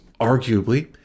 arguably